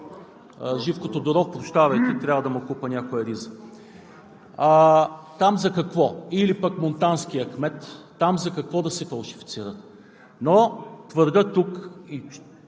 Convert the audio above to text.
Живко Тодоров, прощавайте, трябва да му купя някоя риза – там, за какво?! Или пък монтанският кмет – там за какво да се фалшифицират?! Но твърдя тук и